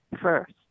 first